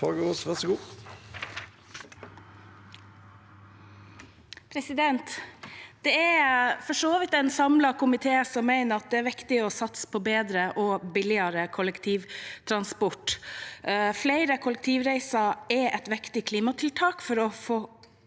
(ordfører for saken): Det er for så vidt en samlet komité som mener det er viktig å satse på bedre og billigere kollektivtransport. Flere kollektivreiser er et viktig klimatiltak for å få